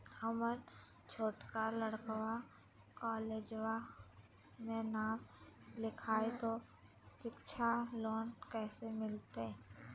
हमर छोटका लड़कवा कोलेजवा मे नाम लिखाई, तो सिच्छा लोन कैसे मिलते?